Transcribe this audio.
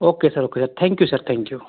okay sir okay sir thank you sir thank you